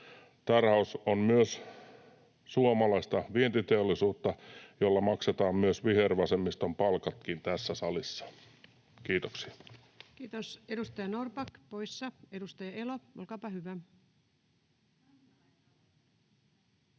Tarhaus on myös suomalaista vientiteollisuutta, jolla maksetaan myös vihervasemmiston palkat tässä salissa. — Kiitoksia. Kiitos. — Edustaja Norrback poissa. — Edustaja Elo, olkaapa hyvä.